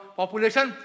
population